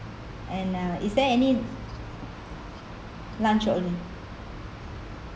and um is there any lunch only